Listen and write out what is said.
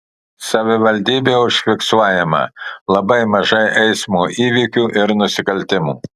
savivaldybėje užfiksuojama labai mažai eismo įvykių ir nusikaltimų